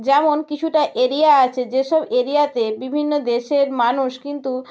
যেমন কিছুটা এরিয়া আছে যেসব এরিয়াতে বিভিন্ন দেশের মানুষ কিন্তু